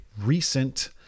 recent